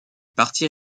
parti